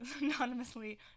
anonymously